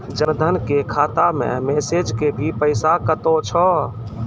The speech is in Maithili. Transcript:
जन धन के खाता मैं मैसेज के भी पैसा कतो छ?